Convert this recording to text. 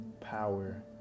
power